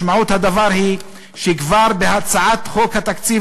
משמעות הדבר היא שכבר בהצעת חוק התקציב